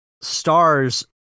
stars